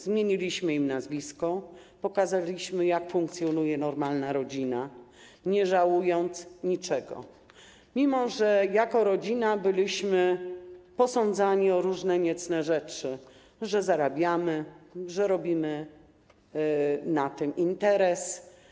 Zmieniliśmy im nazwisko, pokazaliśmy, jak funkcjonuje normalna rodzina, nie żałując niczego, mimo że jako rodzina byliśmy posądzani o różne niecne rzeczy, że zarabiamy, że robimy na tym interes.